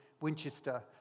Winchester